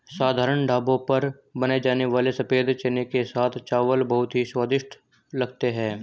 साधारण ढाबों पर बनाए जाने वाले सफेद चने के साथ चावल बहुत ही स्वादिष्ट लगते हैं